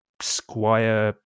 Squire